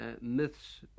myths